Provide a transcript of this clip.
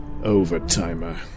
overtimer